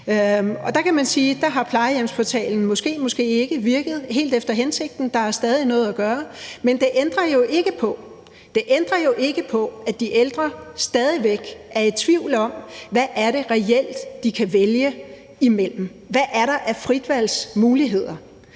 der har plejehjemsportalen måske, måske ikke virket helt efter hensigten; der er stadig noget at gøre. Men det ændrer jo ikke på, at de ældre stadig væk er i tvivl om, hvad det reelt er, de kan vælge imellem – hvad der er af fritvalgsmuligheder.